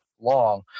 long